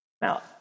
Now